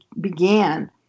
began